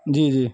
جی جی